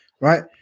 Right